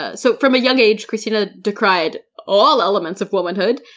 ah so from a young age, kristina decried all elements of womanhood,